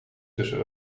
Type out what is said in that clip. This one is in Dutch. tussen